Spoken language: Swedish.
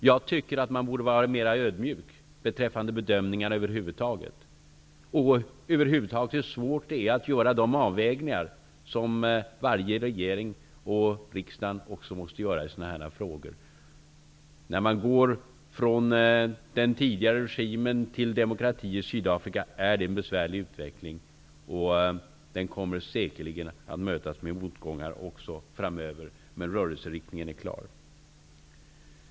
Jag tycker att man över huvud taget borde vara mer ödmjuk när man gör bedömningar, och att man borde inse hur svårt det är att göra de avvägningar som varje regering och riksdag i sådana här frågor måste göra. Att gå från den tidigare regimen i Sydafrika till demokrati är en besvärlig utveckling. Den kommer säkerligen även framöver att mötas av motgångar, men rörelseriktningen är klar.